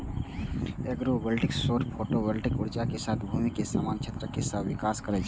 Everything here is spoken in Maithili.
एग्रोवोल्टिक्स सौर फोटोवोल्टिक ऊर्जा के साथ भूमि के समान क्षेत्रक सहविकास करै छै